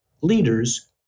leaders